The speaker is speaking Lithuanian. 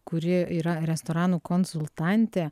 kuri yra restoranų konsultantė